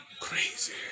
Crazy